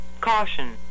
Caution